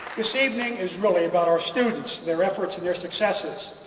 this evening is really about our students their efforts and their successes.